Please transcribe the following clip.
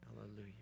hallelujah